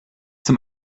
zum